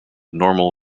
normal